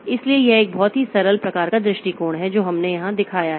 इसलिए यह एक बहुत ही सरल प्रकार का दृष्टिकोण है जो हमने यहां दिखाया है